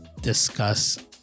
discuss